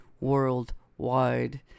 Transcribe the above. worldwide